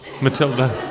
Matilda